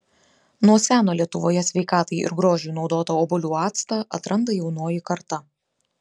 nuo seno lietuvoje sveikatai ir grožiui naudotą obuolių actą atranda jaunoji karta